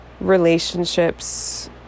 relationships